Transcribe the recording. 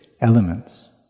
elements